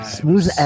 smooth